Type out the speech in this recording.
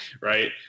Right